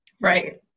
right